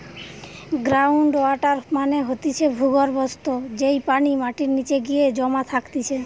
ground water মানে হতিছে ভূর্গভস্ত, যেই পানি মাটির নিচে গিয়ে জমা থাকতিছে